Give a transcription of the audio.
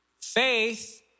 Faith